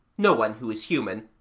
no one who is human,